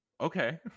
Okay